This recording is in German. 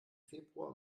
februar